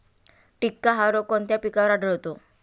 टिक्का हा रोग कोणत्या पिकावर आढळतो?